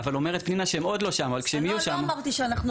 אבל פנינה אומרת שהם עוד לא שם --- לא אמרתי שאנחנו עוד לא שם.